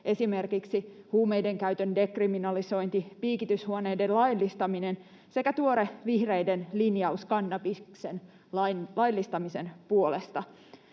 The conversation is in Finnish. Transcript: esimerkiksi huumeidenkäytön dekriminalisointi, piikityshuoneiden laillistaminen sekä tuore vihreiden linjaus kannabiksen laillistamisen puolesta.